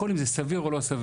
הכול אם זה סביר או לא סביר.